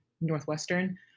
Northwestern